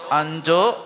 anjo